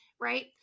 right